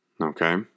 Okay